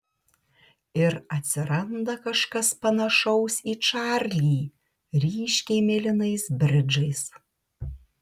ir atsiranda kažkas panašaus į čarlį ryškiai mėlynais bridžais